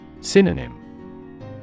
Synonym